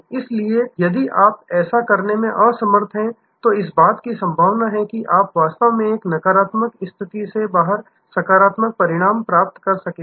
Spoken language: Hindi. इसलिए यदि आप ऐसा करने में असमर्थ हैं तो इस बात की संभावना है कि आप वास्तव में एक नकारात्मक स्थिति से बाहर सकारात्मक परिणाम प्राप्त करेंगे